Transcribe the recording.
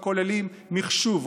מחשוב,